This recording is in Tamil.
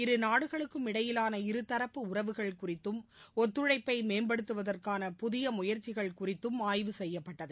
இருநாடுகளுக்கும் இடையிலான இருதரப்பு உறவுகள் குறித்தும் இதில் ஒத்துழைப்பை மேம்படுத்துவதற்கான புதிய முயற்சிகள் குறித்தும் ஆய்வு செய்யப்பட்டது